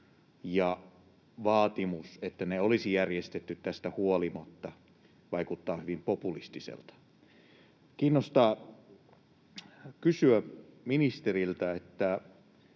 ja vaatimus, että ne olisi järjestetty tästä huolimatta, vaikuttaa hyvin populistiselta. Kiinnostaa kysyä ministeriltä: